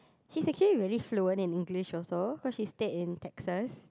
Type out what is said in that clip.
she's actually really fluent in English also cause she stayed in Texas